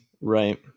right